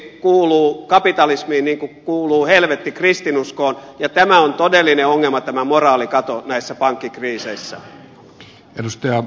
konkurssi kuuluu kapitalismiin niin kuin kuuluu helvetti kristinuskoon ja tämä moraalikato on todellinen ongelma tämä moraalikato on yleensä pankki näissä pankkikriiseissä